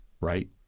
right